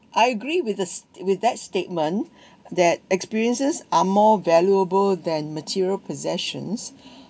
I agree with the with that statement that experiences are more valuable than material possessions